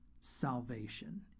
salvation